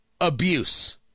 abuse